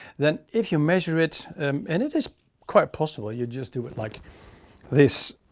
then if you measure it and it is quite possible, you'd just do it like this.